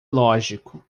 lógico